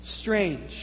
strange